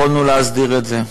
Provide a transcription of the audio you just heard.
יכולנו להסדיר את זה.